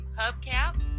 hubcap